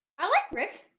i like rick.